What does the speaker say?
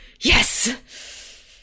Yes